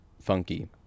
funky